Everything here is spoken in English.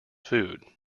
food